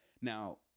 Now